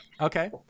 okay